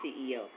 CEO